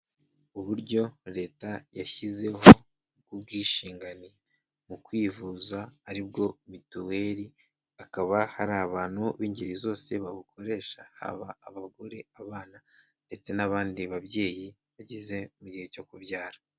Uburyo leta yashyizeho bw'ubwishingane mu kwivuza aribwo mituweli, akaba hari abantu b'ingeri zose babukoresha haba abagore, abana ndetse n'abandi babyeyi bageze mu gihe cyo kubyara.